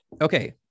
Okay